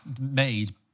made